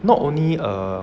not only err